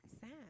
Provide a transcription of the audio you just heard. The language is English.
Sad